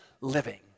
living